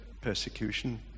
persecution